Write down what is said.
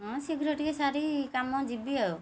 ହଁ ଶୀଘ୍ର ଟିକେ ସାରି କାମ ଯିବି ଆଉ